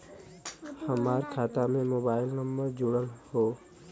हमार खाता में मोबाइल नम्बर जुड़ल हो?